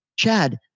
Chad